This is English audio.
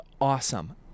awesome